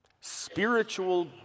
spiritual